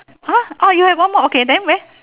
!huh! orh you have one more then where